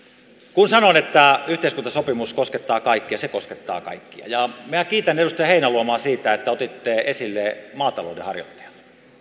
kun sanon että yhteiskuntasopimus koskettaa kaikkia se koskettaa kaikkia ja minä kiitän edustaja heinäluomaa siitä että otitte esille maataloudenharjoittajat